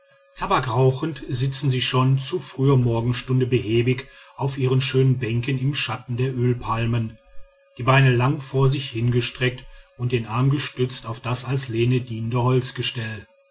rauchend sitzen sie schon zu früher morgenstunde behäbig auf ihren schönen bänken im schatten der ölpalmen die beine lang vor sich hingestreckt und den arm gestützt auf das als lehne dienende